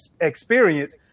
experience